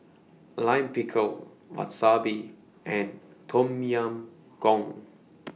Lime Pickle Wasabi and Tom Yam Goong